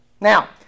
Now